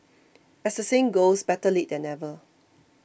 as the saying goes better late than never